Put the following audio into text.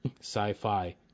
sci-fi